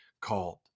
called